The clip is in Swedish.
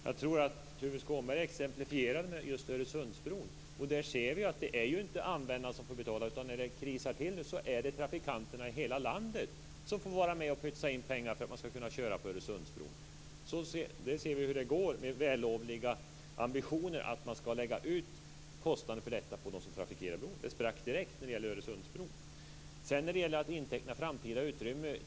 Fru talman! Tuve Skånberg exemplifierade med Öresundsbron. Där ser vi att det inte är användaren som får betala, utan när det krisar till sig är det trafikanterna i hela landet som får vara med och pytsa in pengar för att man ska kunna köra på Öresundsbron. Där ser vi hur det går med de vällovliga ambitionerna att lägga ut kostnaden för bron på dem som trafikerar den. Det sprack direkt när det gäller Öresundsbron! Vi har pratat om att inteckna framtida utrymme.